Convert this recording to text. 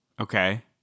Okay